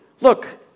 look